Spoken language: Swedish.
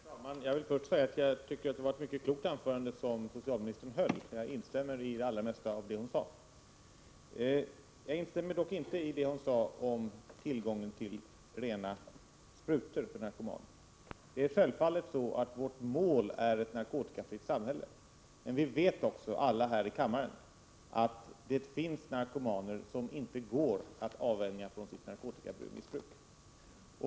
Herr talman! Jag vill först säga att det var ett mycket klokt anförande som socialministern höll, och jag instämmer i det allra mesta av det hon sade. Jag instämmer dock inte i det hon sade om tillgången till rena sprutor för narkomaner. Målet är självfallet ett narkotikafritt samhälle, men alla här i kammaren vet också att det finns narkomaner som inte går att avvänja från narkotikamissbruk.